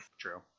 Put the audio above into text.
True